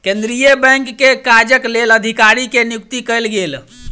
केंद्रीय बैंक के काजक लेल अधिकारी के नियुक्ति कयल गेल